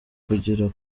kugera